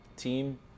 team